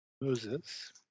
Moses